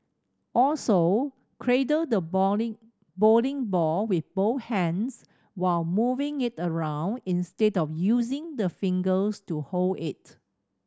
also cradle the bowling bowling ball with both hands while moving it around instead of using the fingers to hold it